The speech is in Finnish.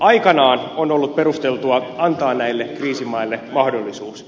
aikanaan on ollut perusteltua antaa näille kriisimaille mahdollisuus